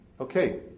Okay